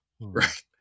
Right